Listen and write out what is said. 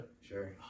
Sure